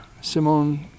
Simone